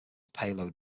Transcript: payload